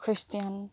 christian